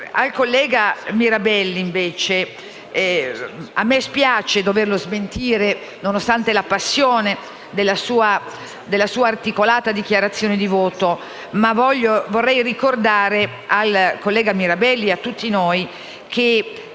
al collega Mirabelli, mi spiace doverlo smentire, vista la passione della sua articolata dichiarazione di voto. Vorrei ricordare al collega e a tutti noi che